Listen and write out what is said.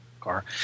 car